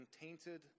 tainted